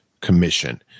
commission